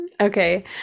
Okay